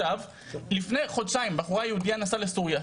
לפני חודשיים בחורה יהודייה נסעה לסוריה,